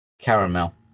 Caramel